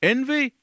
Envy